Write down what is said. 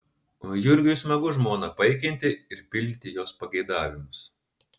jurgiui smagu žmoną paikinti ir pildyti jos pageidavimus